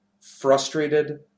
frustrated